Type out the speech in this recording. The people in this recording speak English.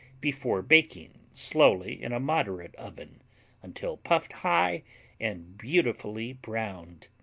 before baking slowly in a moderate oven until puffed high and beautifully browned.